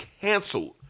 canceled